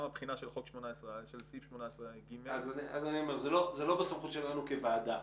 גם הבחינה של סעיף 18/ג --- זה לא בסמכות שלנו כוועדה.